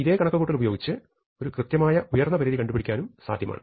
ഇതേ കണക്ക് കൂട്ടൽ ഉപയോഗിച്ച് ഒരു കൃത്യമായ ഉയർന്നപരിധി കണ്ടുപിടിക്കാനും സാധ്യമാണ്